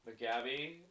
McGabby